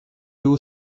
two